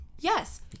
Yes